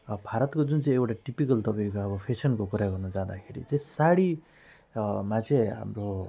भारतको जुन चाहिँ एउटा टिपिकल तपाईँको फेसनको कुरा गर्न जाँदाखेरि साडीमा चाहिँ अब